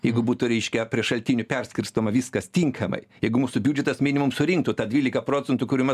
jeigu būtų reiškia prie šaltinių perskirstoma viskas tinkamai jeigu mūsų biudžetas minimum surinktų tą dvylika procentų kurių mes